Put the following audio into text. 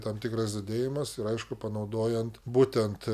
tam tikras didėjimas ir aišku panaudojant būtent